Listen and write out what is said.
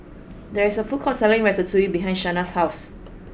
there is a food court selling Ratatouille behind Shaina's house